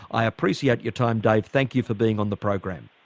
i appreciate your time dave. thank you for being on the program.